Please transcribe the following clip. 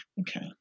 Okay